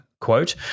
quote